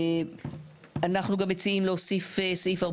אנחנו גם מציעים להוסיף סעיף,